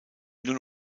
nur